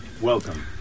Welcome